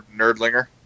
nerdlinger